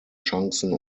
chancen